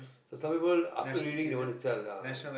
some people after reading they want to sell ah